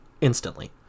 instantly